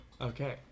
Okay